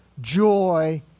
joy